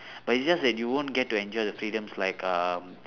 but it's just that you won't get to enjoy the freedom like um